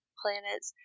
planets